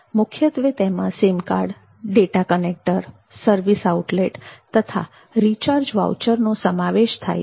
મુખ્યત્વે તેમાં SIM card data connector service outlet તથા રિચાર્જ વાઉચરનો સમાવેશ થાય છે